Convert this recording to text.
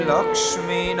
Lakshmi